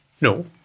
No